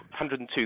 102